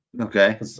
okay